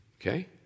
okay